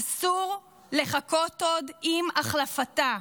אסור לחכות עוד עם החלפתה,